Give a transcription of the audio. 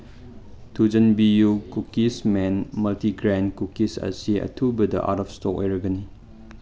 ꯊꯨꯖꯟꯕꯤꯌꯨ ꯀꯨꯀꯤꯁꯃꯦꯟ multigrain cookies ꯑꯁꯤ ꯑꯊꯨꯕꯗ ꯑꯥꯎꯠ ꯑꯣꯐ ꯏꯁꯇꯣꯛ ꯑꯣꯏꯔꯒꯅꯤ